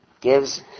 gives